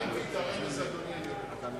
הבנתי את הרמז, אדוני.